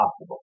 possible